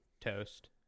Toast